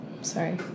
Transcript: Sorry